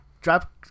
drop